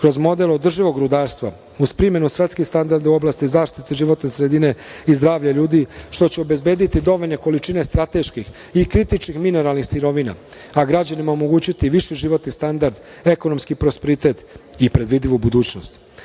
kroz model održivog rudarstva uz primenu svetskih standarda u oblasti zaštite životne sredine i zdravlja ljudi, što će obezbediti dovoljne količine strateških i kritičkih mineralnih sirovina, a građanima omogućiti viši životni standard, ekonomski prosperitet i predvidivu budućnost. Postojeće